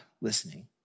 listening